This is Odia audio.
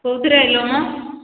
କେଉଁଥିରେ ଆସିଲୁ ମ